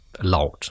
allowed